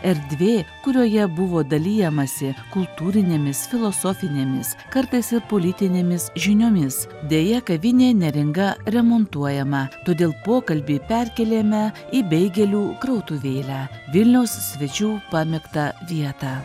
erdvė kurioje buvo dalijamasi kultūrinėmis filosofinėmis kartais ir politinėmis žiniomis deja kavinė neringa remontuojama todėl pokalbį perkėlėme į beigelių krautuvėlę vilniaus svečių pamėgtą vietą